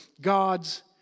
God's